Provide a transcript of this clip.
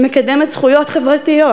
שמקדמת זכויות חברתיות,